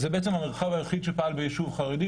זה המרחב היחיד שפעל ביישוב חרדי,